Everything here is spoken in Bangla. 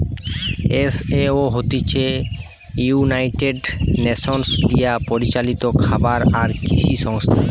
এফ.এ.ও হতিছে ইউনাইটেড নেশনস দিয়া পরিচালিত খাবার আর কৃষি সংস্থা